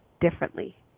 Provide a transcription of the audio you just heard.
differently